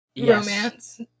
Romance